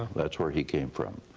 that's where he came from.